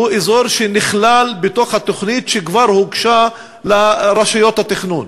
שהוא אזור שנכלל בתוכנית שכבר הוגשה לרשויות התכנון,